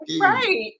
right